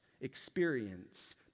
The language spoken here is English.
experience